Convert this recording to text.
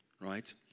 right